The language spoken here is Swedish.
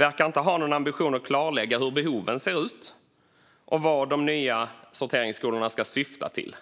verkar inte ha någon ambition att klarlägga hur behoven ser ut eller vad de nya sorteringsskolorna ska syfta till.